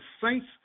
saints